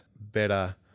better